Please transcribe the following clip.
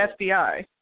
fbi